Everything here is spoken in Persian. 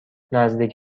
نزدیک